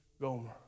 Gomer